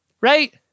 right